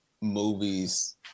movies